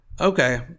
okay